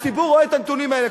הציבור רואה את הנתונים האלה.